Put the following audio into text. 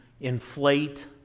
inflate